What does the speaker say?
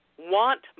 Want